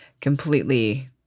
completely